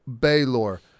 Baylor